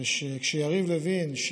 וכשיריב לוין,